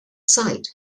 site